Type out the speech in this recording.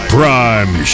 Prime